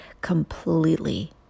completely